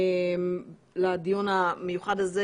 לדיון המיוחד הזה,